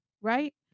Right